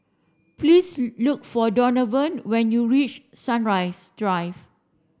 please look for Donavan when you reach Sunrise Drive